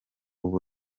ubu